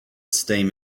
steam